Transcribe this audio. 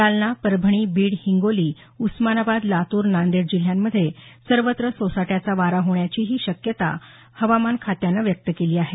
जालना परभणी बीड हिंगोली उस्मानाबाद लातूर नांदेड जिल्ह्यांत सर्वत्र सोसाट्याचा वारा वाहण्याचीही शक्यता असल्याचं हवामान खात्यानं म्हटलं आहे